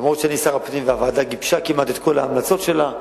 למרות שאני שר הפנים והוועדה גיבשה כמעט את כל ההמלצות שלה.